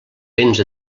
béns